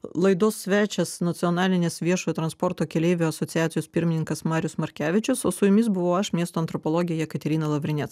laidos svečias nacionalinės viešojo transporto keleivių asociacijos pirmininkas marius markevičius o su jumis buvau aš miesto antropologė jekaterina lavrinec